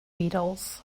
beatles